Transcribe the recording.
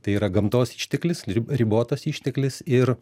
tai yra gamtos išteklis ri ribotas išteklis ir